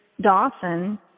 Dawson